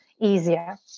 easier